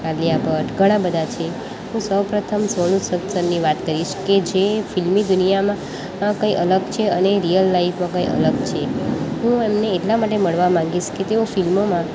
આલિયા ભટ્ટ ઘણા બધા છે હું સૌપ્રથમ સોનુ સૂદ સરની વાત કરીશ કે જે ફિલ્મી દુનિયામાં કંઈ અલગ છે અને રિયલ લાઈફમાં કંઈ અલગ છે હું એમને એટલા માટે મળવા માંગીશ કે તેઓ ફિલ્મોમાં